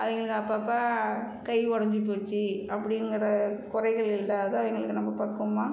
அவங்களுக்கு அப்பப்போ கை உடைஞ்சி போச்சு அப்படிங்குற குறைகள் இல்லாத அவங்களுக்கு நம்ம பக்குவமாக